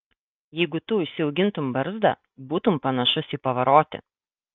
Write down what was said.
jeigu tu užsiaugintum barzdą būtum panašus į pavarotį